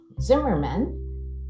Zimmerman